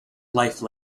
life